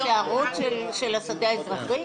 הישארות של השדה האזרחי.